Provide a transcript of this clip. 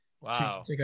Wow